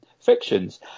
fictions